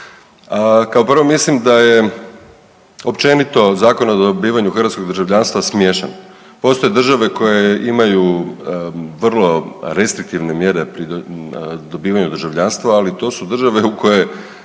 Kao prvo mislim da je općenito Zakon o dobivanju hrvatskog državljanstva smiješan. Postoje države koje imaju vrlo restriktivne mjere pri dobivanju državljanstva, ali to su države u koje